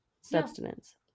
substance